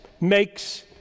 makes